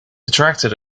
attracted